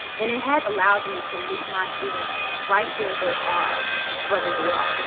and it has allowed me to meet my students right where they are whether they are